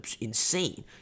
insane